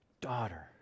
Daughter